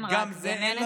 אין רק גננת,